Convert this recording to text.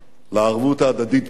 לערבות ההדדית בינינו.